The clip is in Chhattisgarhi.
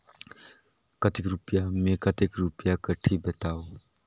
कतेक रुपिया मे कतेक रुपिया कटही बताव?